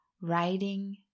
writing